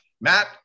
Matt